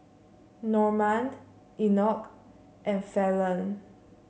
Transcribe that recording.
Normand Enoch and Falon